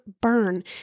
burn